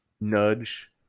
nudge